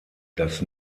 das